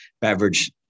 beverage